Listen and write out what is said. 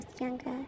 younger